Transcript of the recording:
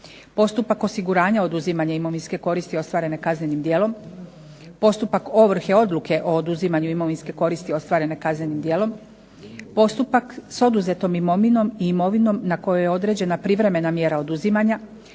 postupak osiguranja oduzimanje imovinske koristi ostvarene kaznenim djelom, postupak ovrhe odluke o oduzimanju imovinske koristi ostvarene kaznenim djelom, postupak s oduzetom imovinom i imovinom na kojoj je određena privremena mjera oduzimanja,